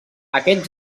aquest